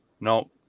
no